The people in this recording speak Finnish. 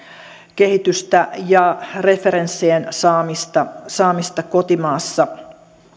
kehitystä ja referenssien saamista saamista kotimaassa